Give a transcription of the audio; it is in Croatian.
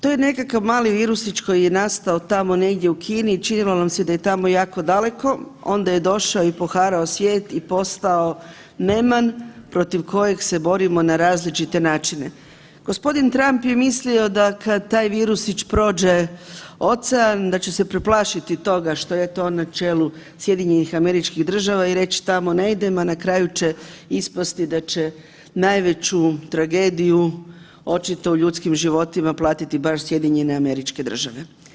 To je nekakav mali virusić koji je nastao tamo negdje u Kini, činilo nam se da je tamo jako daleko, onda je došao i poharao svijet i postao neman protiv kojeg se borimo na različite načine. g. Trump je mislio da kad taj virusić prođe ocean da će se preplašiti toga što je eto on na čelu SAD i reć tamo ne idem, a na kraju će ispasti da će najveću tragediju očito u ljudskim životima platiti baš SAD.